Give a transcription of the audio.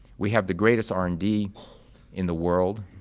we have the greatest r and d in the world,